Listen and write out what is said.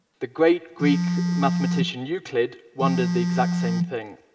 the great greek mathematician euclid wondered the exact same thing.